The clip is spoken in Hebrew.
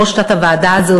בראש תת-הוועדה הזו,